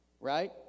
Right